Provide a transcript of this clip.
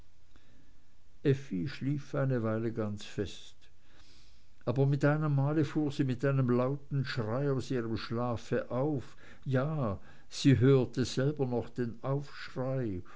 schlief eine weile ganz fest aber mit einem male fuhr sie mit einem lauten schrei aus ihrem schlaf auf ja sie hörte selber noch den aufschrei